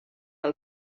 del